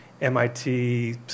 MIT